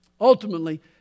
Ultimately